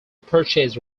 purchased